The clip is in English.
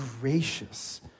gracious